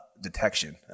detection